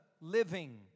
living